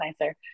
nicer